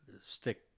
stick